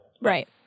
Right